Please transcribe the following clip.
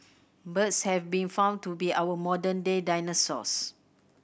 birds have been found to be our modern day dinosaurs